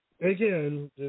again